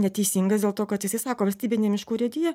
neteisingas dėl to kad jisai sako valstybinių miškų urėdija